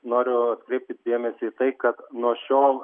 noriu atkreipti dėmesį į tai kad nuo šiol